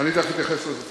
אני תכף אתייחס לזה.